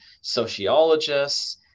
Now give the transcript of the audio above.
sociologists